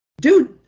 Dude